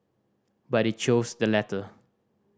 but they chose the latter